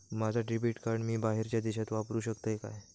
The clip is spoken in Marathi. माझा डेबिट कार्ड मी बाहेरच्या देशात वापरू शकतय काय?